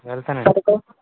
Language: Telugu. వెళ్తానండి